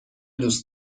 دوست